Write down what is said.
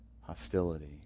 hostility